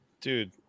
Dude